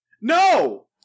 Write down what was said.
No